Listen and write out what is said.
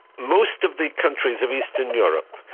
most of the countries of eastern europe,